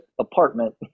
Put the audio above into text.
apartment